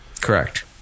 Correct